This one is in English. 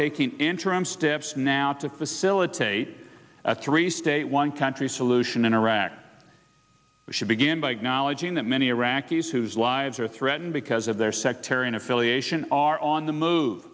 taking interim steps now to facilitate a three state one country solution in iraq which should begin by acknowledging that many iraqis whose lives are threatened because of their sectarian affiliation are on the move